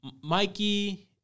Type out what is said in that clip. Mikey